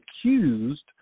accused